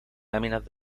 láminas